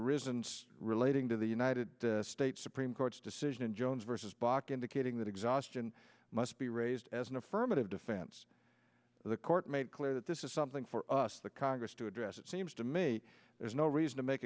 arisen relating to the united states supreme court's decision in jones versus bach indicating that exhaustion must be raised as an affirmative defense the court made clear that this is something for us the congress to address it seems to me there's no reason to make